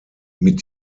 mit